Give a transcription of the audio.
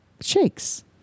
shakes